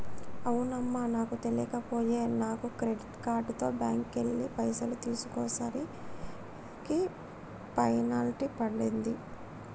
అవునమ్మా నాకు తెలియక పోయే నాను క్రెడిట్ కార్డుతో బ్యాంకుకెళ్లి పైసలు తీసేసరికి పెనాల్టీ పడింది